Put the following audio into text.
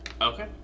okay